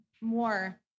more